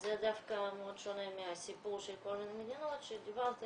וזה דווקא מאוד שונה מהסיפור של כל מיני מדינות שדיברת עליהן,